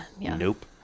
Nope